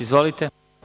Izvolite.